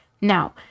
now